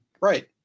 Right